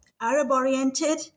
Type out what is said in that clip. Arab-oriented